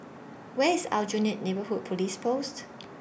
Where IS Aljunied Neighbourhood Police Post